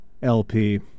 LP